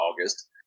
August